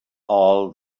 all